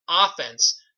Offense